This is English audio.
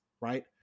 right